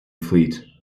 fleet